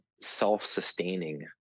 self-sustaining